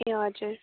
ए हजुर